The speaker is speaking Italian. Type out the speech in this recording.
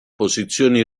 posizioni